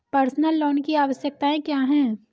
Personal loan की आवश्यकताएं क्या हैं?